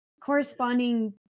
corresponding